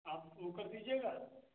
आप वो कर दीजिएगा